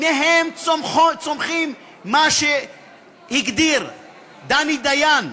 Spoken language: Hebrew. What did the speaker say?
מהם צומחים מה שהגדיר דני דיין,